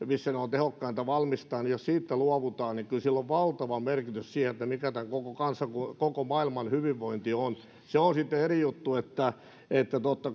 missä ne on tehokkainta valmistaa ja jos siitä luovutaan niin kyllä sillä on valtava merkitys siinä mikä tämän koko maailman hyvinvointi on se on sitten eri juttu että että totta